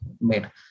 made